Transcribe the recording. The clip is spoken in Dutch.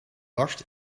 barst